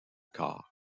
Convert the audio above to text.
corps